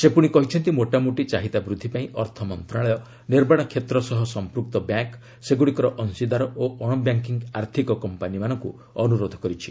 ସେ ପୁଣି କହିଛନ୍ତି ମୋଟାମୋଟି ଚାହିଦା ବୃଦ୍ଧି ପାଇଁ ଅର୍ଥ ମନ୍ତ୍ରଣାଳୟ ନିର୍ମାଣ କ୍ଷେତ୍ର ସହ ସଂପୃକ୍ତ ବ୍ୟାଙ୍କ ସେଗୁଡ଼ିକର ଅଶୀଦାର ଓ ଅଶବ୍ୟାଙ୍କିଙ୍ଗ୍ ଆର୍ଥିକ କମ୍ପାନିମାନଙ୍କୁ ଅନୁରୋଧ କରିଛି